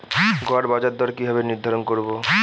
গড় বাজার দর কিভাবে নির্ধারণ করব?